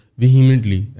vehemently